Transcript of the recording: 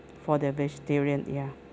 for the vegetarian ya